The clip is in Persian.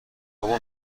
بابا